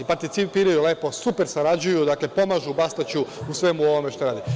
Participiraju lepo, super sarađuju, pomažu Bastaću u svemu ovome što radi.